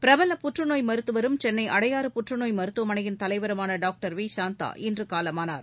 பிரபல புற்றுநோய் மருத்துவரும் சென்னை அடையாறு புற்றுநோய் மருத்துவமனையின் தலைவருமான டாக்டர் வி சாந்தா இன்று காலமானார்